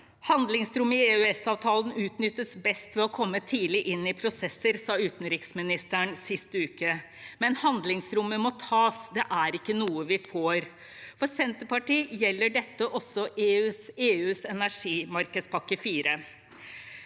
Handlingsrommet i EØS-avtalen utnyttes best ved å komme tidlig inn i prosesser, sa utenriksministeren sist uke – men handlingsrommet må tas; det er ikke noe vi får. For Senterpartiet gjelder dette også EUs fjerde energimarkedspakke.